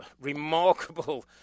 remarkable